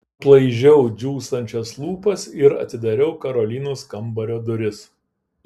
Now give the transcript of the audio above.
aplaižiau džiūstančias lūpas ir atidariau karolinos kambario duris